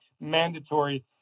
mandatory